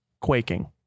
quaking